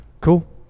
cool